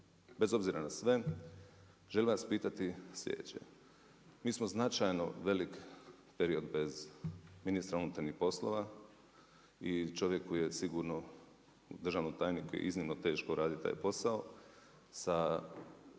bez obzira na sve, želim vas pitati slijedeće. Mi smo značajno velik period bez ministra unutarnjih poslova, i čovjeku je sigurno, državnom tajniku iznimno teško raditi taj posao, sa